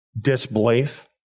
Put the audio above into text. Disbelief